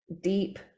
deep